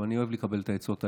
אני אוהב לקבל את העצות האלה,